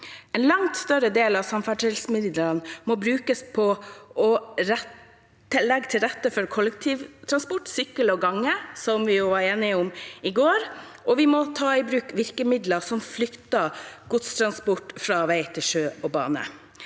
En langt større del av samferdselsmidlene må brukes på å legge til rette for kollektivtransport, sykkel og gange, som vi jo i går var enige om. Nå må vi ta i bruk virkemidler som flytter godstransport fra vei til sjø og bane.